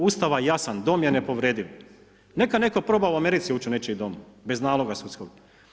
Ustava je jasan „Dom je nepovrediv“, neka netko proba u Americi ući u nečiji dom bez naloga sudskog.